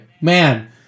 man